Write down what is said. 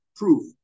proof